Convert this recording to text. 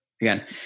Again